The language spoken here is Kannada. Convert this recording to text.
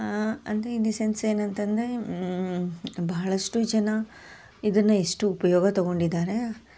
ಅಂದರೆ ಇನ್ ದಿ ಸೆನ್ಸ್ ಏನಂತಂದರೆ ಬಹಳಷ್ಟು ಜನ ಇದನ್ನು ಎಷ್ಟು ಉಪಯೋಗ ತೊಗೊಂಡಿದ್ದಾರೆ